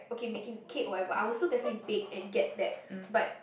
okay making cake or whatever I will still definitely bake and get that but